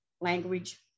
language